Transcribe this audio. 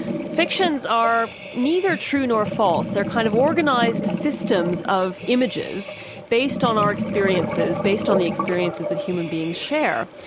fictions are neither true nor false, they're kind of organised systems of images based on our experiences, based on the experiences that human beings share.